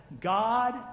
God